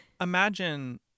imagine